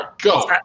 Go